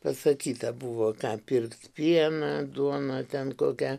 pasakyta buvo ką pirkt pieną duoną ten kokią